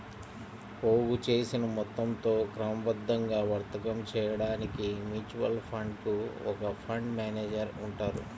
పోగుచేసిన మొత్తంతో క్రమబద్ధంగా వర్తకం చేయడానికి మ్యూచువల్ ఫండ్ కు ఒక ఫండ్ మేనేజర్ ఉంటారు